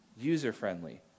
user-friendly